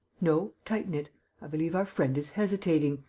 no, tighten it i believe our friend is hesitating.